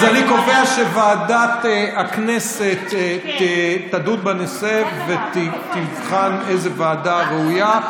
אז אני קובע שוועדת הכנסת תדון בנושא ותבחן איזו ועדה ראויה.